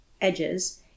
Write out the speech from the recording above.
edges